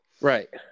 Right